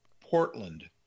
Portland